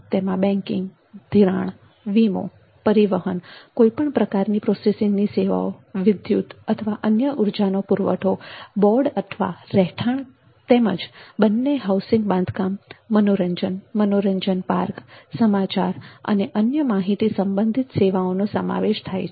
તેમાં બેન્કિંગ ધિરાણ વીમો પરિવહન કોઈપણ પ્રકારની પ્રોસેસિંગની સેવાઓ વિદ્યુત અથવા અન્ય ઊર્જાનો પુરવઠો બોર્ડ રહેઠાણ અથવા બંને હાઉસિંગ બાંધકામ મનોરંજન મનોરંજન પાર્ક સમાચાર અને અન્ય માહિતી સંબંધિત સેવાઓનો સમાવેશ થાય છે